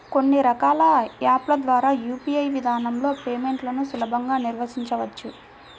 కొన్ని రకాల యాప్ ల ద్వారా యూ.పీ.ఐ విధానంలో పేమెంట్లను సులభంగా నిర్వహించవచ్చు